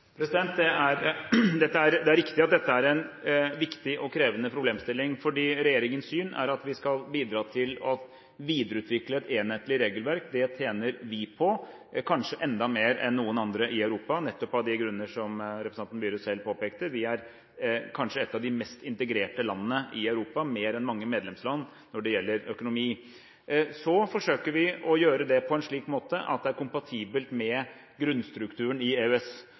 Det er riktig at dette er en viktig og krevende problemstilling, fordi regjeringens syn er at vi skal bidra til å videreutvikle et enhetlig regelverk. Det tjener vi på, kanskje enda mer enn noen andre i Europa, nettopp av de grunner som representanten Myhre selv påpekte. Vi er kanskje et av de mest integrerte landene i Europa, mer enn mange medlemsland når det gjelder økonomi. Så forsøker vi å gjøre det på en slik måte at det er kompatibelt med grunnstrukturen i EØS.